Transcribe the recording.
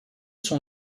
sont